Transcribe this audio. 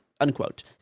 unquote